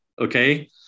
Okay